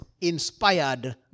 inspired